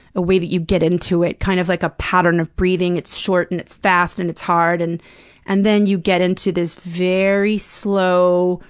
a way that you get into it, kind of like a pattern of breathing. it's short and it's fast and it's hard, and and then you get into this very slow,